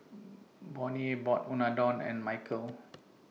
Bonnie bought Unadon and Mykel